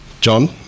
John